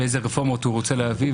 ואיזה רפורמות הוא רוצה להביא.